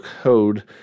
code